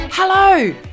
Hello